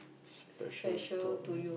special to me